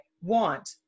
want